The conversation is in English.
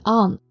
on